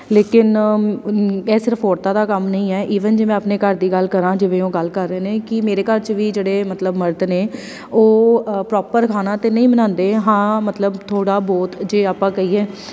ਲੇਕਿਨ ਇਹ ਸਿਰਫ ਔਰਤਾਂ ਦਾ ਕੰਮ ਨਹੀਂ ਹੈ ਈਵਨ ਜੇ ਮੈਂ ਆਪਣੇ ਘਰ ਦੀ ਗੱਲ ਕਰਾਂ ਜਿਵੇਂ ਉਹ ਗੱਲ ਕਰ ਰਹੇ ਨੇ ਕਿ ਮੇਰੇ ਘਰ 'ਚ ਵੀ ਜਿਹੜੇ ਮਤਲਬ ਮਰਦ ਨੇ ਉਹ ਪ੍ਰੋਪਰ ਖਾਣਾ ਤਾਂ ਨਹੀਂ ਬਣਾਉਂਦੇ ਹਾਂ ਮਤਲਬ ਥੋੜ੍ਹਾ ਬਹੁਤ ਜੇ ਆਪਾਂ ਕਹੀਏ